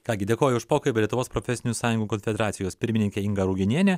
ką gi dėkoju už pokalbį lietuvos profesinių sąjungų konfederacijos pirmininkė inga ruginienė